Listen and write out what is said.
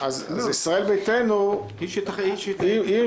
אז ישראל ביתנו היא שמחליטה.